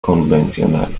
convencional